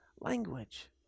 language